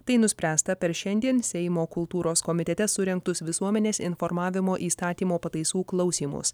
tai nuspręsta per šiandien seimo kultūros komitete surengtus visuomenės informavimo įstatymo pataisų klausymus